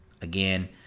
Again